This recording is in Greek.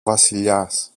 βασιλιάς